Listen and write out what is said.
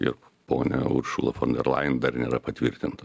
juk ponia uršula fon der lajen dar nėra patvirtinta